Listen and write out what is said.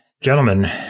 Gentlemen